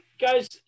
Guys